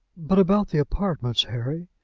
but about the apartments, harry?